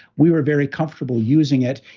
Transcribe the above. we were very comfortable using it,